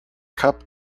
cup